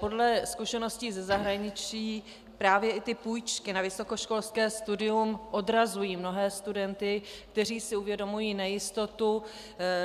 Podle zkušeností ze zahraničí právě i půjčky na vysokoškolské studium odrazují mnohé studenty, kteří si uvědomují nejistotu,